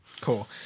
Cool